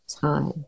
time